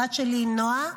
הבת שלי היא נועה,